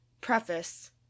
Preface